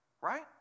right